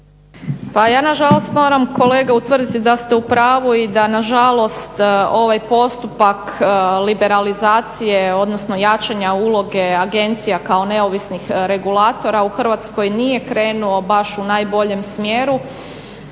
Pa ja nažalost moram kolega utvrditi da ste u pravu i da nažalost ovaj postupak liberalizacije odnosno jačanja uloge agencija kao neovisnih regulatora u Hrvatskoj nije krenuo baš u najboljem smjeru